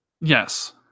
yes